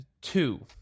two